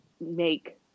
make